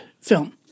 film